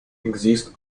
exist